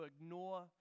ignore